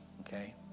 Okay